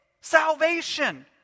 Salvation